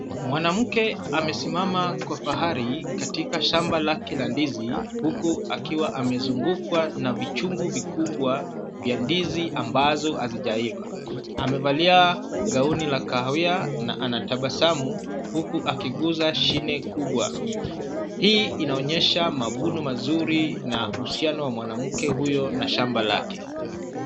Mwanamke amesimama kwa bahari, katika shamba lake la ndizi huku akiwa amezungukwa na vichungu vikubwa vya ndizi ambazo hazijaiva. Amevalia gauni la kahawia na anatabasamu huku akiguza shine kubwa. Hii inaonyesha mavuno mazuri na uhusiano wa mwanamke huyo na shamba lake.